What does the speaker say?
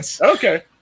Okay